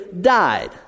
died